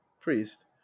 priest